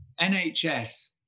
NHS